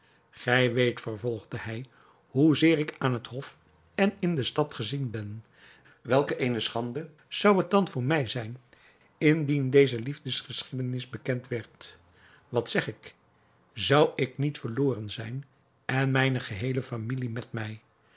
gij weet vervolgde hij hoezeer ik aan het hof en in de stad gezien ben welk eene schande zou het dan voor mij zijn indien deze liefdesgeschiedenis bekend werd wat zeg ik zou ik niet verloren zijn en mijne geheele familie met mij